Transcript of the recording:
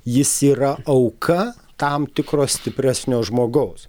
jis yra auka tam tikro stipresnio žmogaus